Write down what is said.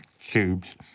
tubes